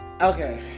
Okay